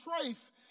trace